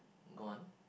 gone